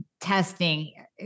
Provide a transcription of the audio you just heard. testing